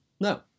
No